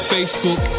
Facebook